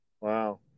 Wow